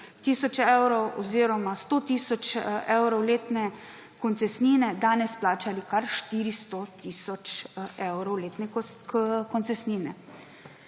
tisoč evrov oziroma 100 tisoč evrov letne koncesnine danes plačali kar 400 tisoč evrov letne koncesnine.